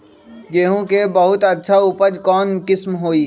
गेंहू के बहुत अच्छा उपज कौन किस्म होई?